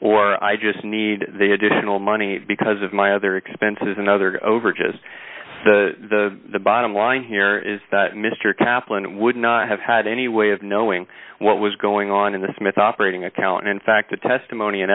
or i just need the additional money because of my other expenses another over just the bottom line here is that mr kaplan would not have had any way of knowing what was going on in the smith operating account in fact the testimony